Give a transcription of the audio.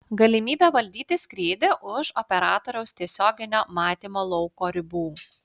galimybė valdyti skrydį už operatoriaus tiesioginio matymo lauko ribų